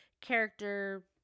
character